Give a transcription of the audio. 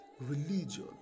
Religion